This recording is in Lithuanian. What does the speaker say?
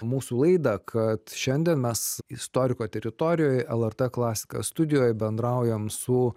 mūsų laidą kad šiandien mes istoriko teritorijoj lrt klasika studijoj bendraujam su